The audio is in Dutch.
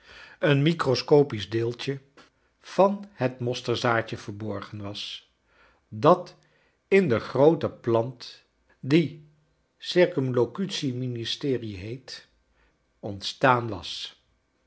een microscopisch deeltje van het mosterdzaadje verborgen was dat in de groote plant die circumlocutie ministerie heet ont staan was